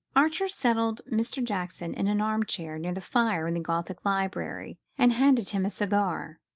archer settled mr. jackson in an armchair near the fire in the gothic library and handed him a cigar.